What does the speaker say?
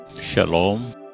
Shalom